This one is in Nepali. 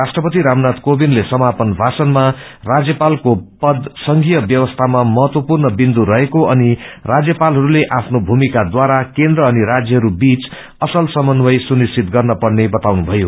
राष्ट्रपति रामनाथ कोविन्दले समापन भाषणमा राज्यापातको पद संथीय व्यवस्थामा महत्वपूर् विन्दु रहेको अनि राज्यपातहरूले आफ्नो भूमिका द्वारा केन्द्र अनि राज्यहरू बीच असल समन्वय सुनिश्चित गर्न पर्ने बताउनुषयो